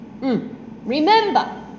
Remember